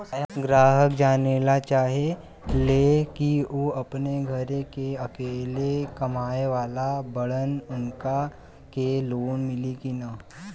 ग्राहक जानेला चाहे ले की ऊ अपने घरे के अकेले कमाये वाला बड़न उनका के लोन मिली कि न?